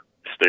Stay